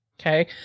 Okay